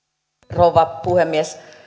rouva puhemies